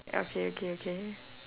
ya okay okay okay